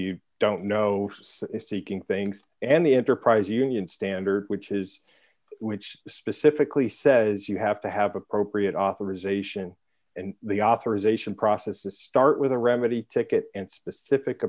you don't know seeking things and the enterprise union standard which is which specifically says you have to have appropriate authorization and the authorization process to start with a remedy ticket and specific